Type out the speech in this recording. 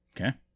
Okay